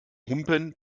humpen